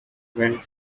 when